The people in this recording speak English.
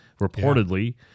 reportedly